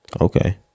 Okay